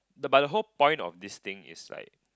the but the whole point of this thing is like